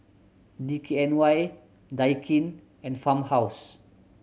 D K N Y Daikin and Farmhouse